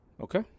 Okay